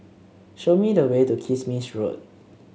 show me the way to Kismis Road